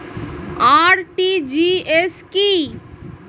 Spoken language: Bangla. আর.টি.জি.এস কি?